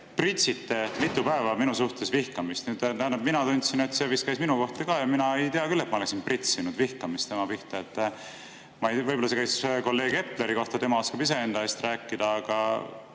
pritsime mitu päeva tema suhtes vihkamist. Tähendab, mina tundsin, et see vist käis minu kohta ka. Mina ei tea küll, et ma oleksin pritsinud vihkamist tema pihta. Võib-olla see käis kolleeg Epleri kohta, tema oskab ise enda eest rääkida. Aga